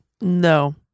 no